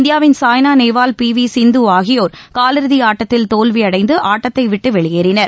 இந்தியாவின் Saina Nehwal P V Sindhu ஆகியோா் காலிறுதி ஆட்டத்தில் தோல்வியடைந்து ஆட்டத்தை விட்டு வெளியேறினர்